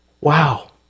wow